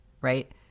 right